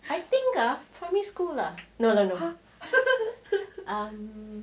I think ah primary school lah no no no